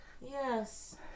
Yes